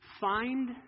find